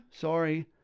sorry